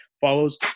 follows